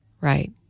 Right